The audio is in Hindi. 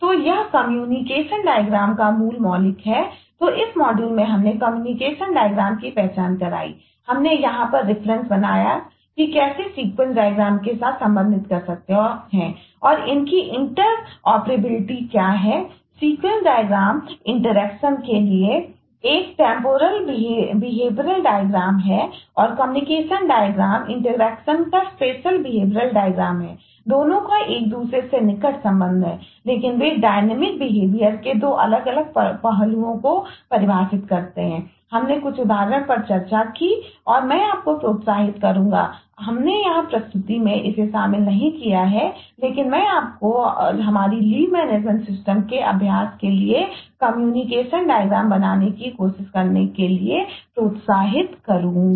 तो यह कम्युनिकेशन डायग्राम के 2 अलग अलग पहलुओं को परिभाषित करते हैं हमने कुछ उदाहरणों पर भी चर्चा की है और मैं आपको प्रोत्साहित करूंगा हमने यहां प्रस्तुति में इसे शामिल नहीं किया है लेकिन मैं आपको हमारी लीव मैनेजमेंट सिस्टम बनाने की कोशिश करने के लिए प्रोत्साहित करूंगा